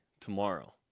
tomorrow